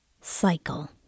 cycle